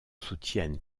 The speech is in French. soutiennent